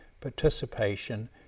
participation